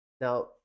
Now